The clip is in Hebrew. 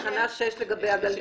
תקנה 6 לגבי הגלגינוע.